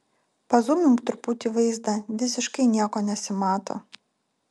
pazūmink truputį vaizdą visiškai nieko nesimato